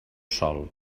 sol